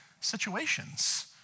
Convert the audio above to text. situations